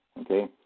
Okay